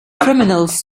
criminals